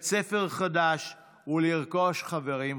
בית ספר חדש ולרכוש חברים חדשים,